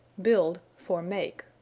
build for make.